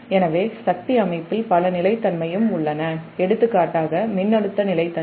எனவே சக்தி அமைப்பில் பல நிலைத்தன்மையும் உள்ளன எடுத்துக்காட்டாக மின்னழுத்த நிலைத்தன்மை